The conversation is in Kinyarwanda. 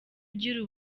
ugira